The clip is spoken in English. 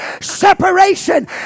separation